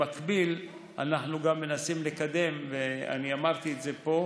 במקביל אנחנו מנסים לקדם, ואני אמרתי את זה פה,